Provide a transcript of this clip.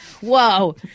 Whoa